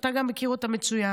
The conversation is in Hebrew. שאתה גם מכיר אותה מצוין,